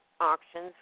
auctions